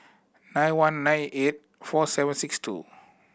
nine one nine eight four seven six two